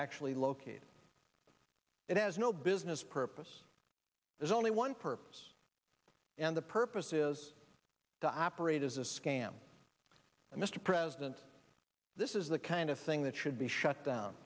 actually located it has no business purpose there's only one purpose and the purpose is to operate as a scam and mr president this is the kind of thing that should be shut down